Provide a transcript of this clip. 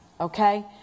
okay